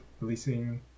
releasing